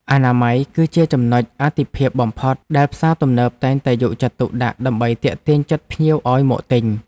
អនាម័យគឺជាចំណុចអាទិភាពបំផុតដែលផ្សារទំនើបតែងតែយកចិត្តទុកដាក់ដើម្បីទាក់ទាញចិត្តភ្ញៀវឱ្យមកទិញ។